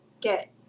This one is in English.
get